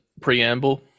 preamble